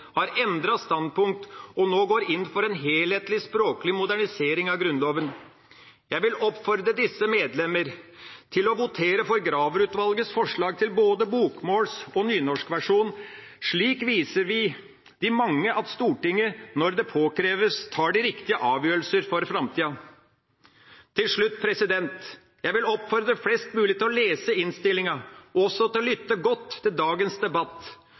har endret standpunkt og nå går inn for en helhetlig språklig modernisering av Grunnloven. Jeg vil oppfordre disse medlemmer til å votere for Graver-utvalgets forslag til både bokmåls- og nynorskversjon. Slik viser vi de mange at Stortinget, når det påkreves, tar de riktige avgjørelser for framtida. Til slutt: Jeg vil oppfordre flest mulig til å lese innstillinga og også å lytte godt til dagens debatt